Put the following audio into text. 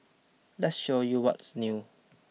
let's show you what's new